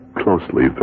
closely